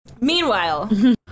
Meanwhile